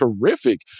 terrific